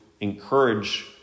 encourage